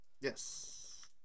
yes